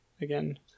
again